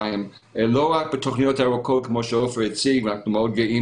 ולא רק בתוכניות ארוכות כמו שעופר הציג ואנחנו מאוד גאים